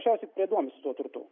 paprasčiausiai kurie domisi tuo turtu